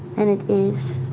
and it is.